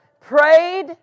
prayed